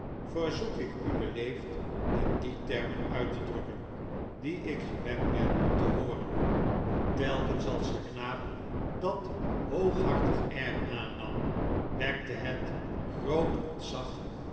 verzoek ik u beleefd in die termen uit te drukken die ik gewend ben te hooren telkens als de knaap dat hooghartig air aannam wekte het groot ontzag